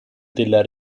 della